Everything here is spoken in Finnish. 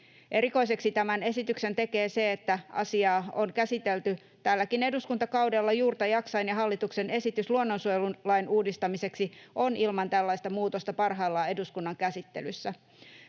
Erikoiseksi tämän esityksen tekee se, että asiaa on käsitelty tälläkin eduskuntakaudella juurta jaksaen, ja hallituksen esitys luonnonsuojelulain uudistamiseksi on ilman tällaista muutosta parhaillaan eduskunnan käsittelyssä.